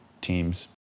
teams